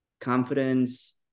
confidence